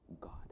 God